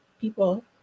people